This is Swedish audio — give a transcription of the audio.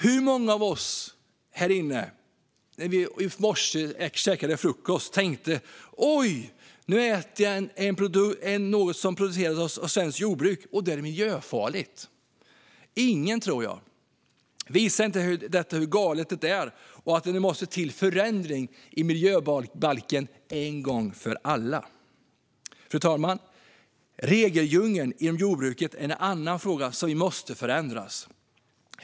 Hur många av oss här inne tänkte när vi käkade frukost i morse: Oj, nu äter jag något som producerats av svenskt jordbruk! Det är miljöfarligt! Ingen, tror jag. Visar inte detta hur galet det är och att det nu måste till en förändring i miljöbalken en gång för alla? Fru talman! Regeldjungeln inom jordbruket är en annan fråga som måste förändras.